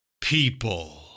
people